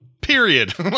Period